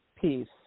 peace